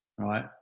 right